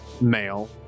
male